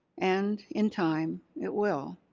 and in time, it will.